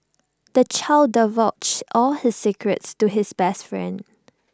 the child divulged all his secrets to his best friend